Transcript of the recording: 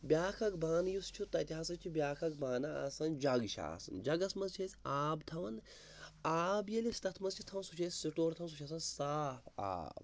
بیٛاکھ اَکھ بانہٕ یُس چھُ تَتہِ ہَسا چھُ بیاکھ اکھ بانہٕ آسان جَگ چھِ آسان جَگَس منٛز چھِ أسۍ آب تھاوَان آب ییٚلہِ أسۍ تَتھ منٛز چھِ تھاوَان سُہ چھِ أسۍ سِٹور تھاوَان سُہ چھُ آسان صاف آب